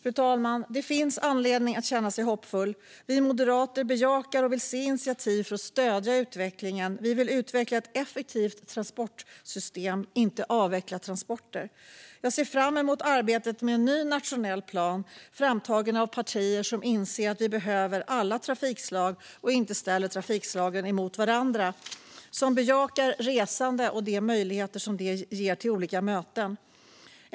Fru talman! Det finns anledning att känna sig hoppfull. Vi moderater bejakar och vill se initiativ för att stödja utvecklingen. Vi vill utveckla ett effektivt transportsystem - inte avveckla transporter. Jag ser fram emot arbetet med en ny nationell plan, framtagen av partier som inser att vi behöver alla trafikslag och inte ställer trafikslagen mot varandra och som bejakar resande och de möjligheter detta ger till olika möten.